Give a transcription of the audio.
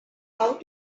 how